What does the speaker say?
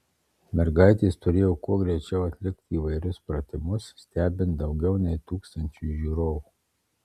mergaitės turėjo kuo greičiau atlikti įvairius pratimus stebint daugiau nei tūkstančiui žiūrovų